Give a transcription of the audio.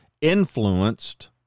influenced